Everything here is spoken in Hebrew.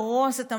להרוס את המערכות?